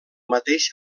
mateix